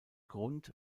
grund